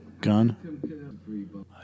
Gun